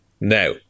Now